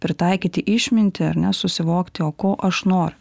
ir taikyti išmintį ar ne susivokti o ko aš noriu